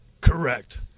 Correct